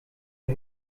der